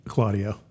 Claudio